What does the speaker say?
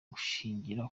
gushingira